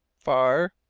far?